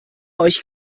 euch